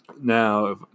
Now